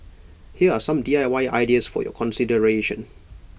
here are some D I Y ideas for your consideration